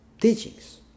teachings